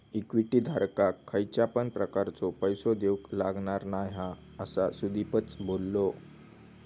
equity धारकाक खयच्या पण प्रकारचो पैसो देऊक लागणार नाय हा, असा सुदीपच बोललो